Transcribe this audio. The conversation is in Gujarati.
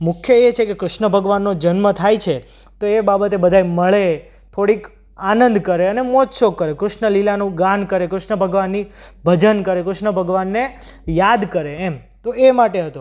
મુખ્ય એ છે કે કૃષ્ણ ભગવાનનો જન્મ થાય છે તો એ બાબતે બધા મળે થોડીક આનંદ કરે અને મોજશોખ કરે કૃષ્ણલીલાનું ગાન કરે કૃષ્ણ ભગવાનની ભજન કરે કૃષ્ણ ભગવાનને યાદ કરે એમ તો એ માટે હતો